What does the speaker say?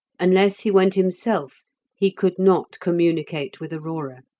unless he went himself he could not communicate with aurora.